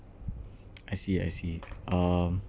I see I see uh